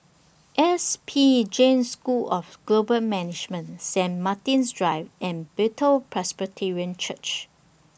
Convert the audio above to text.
S P Jain School of Global Management Saint Martin's Drive and Bethel Presbyterian Church